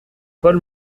paul